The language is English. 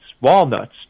walnuts